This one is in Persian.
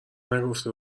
نگفته